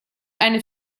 eine